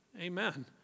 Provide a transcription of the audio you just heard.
Amen